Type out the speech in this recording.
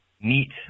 neat